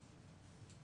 טוב.